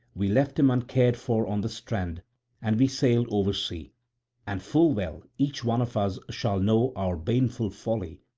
we left him uncared for on the strand and we sailed oversea and full well each one of us shall know our baneful folly,